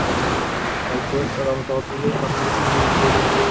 ഒരു നാൽപ്പത് around total ഇപ്പമൊരു